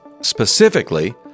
Specifically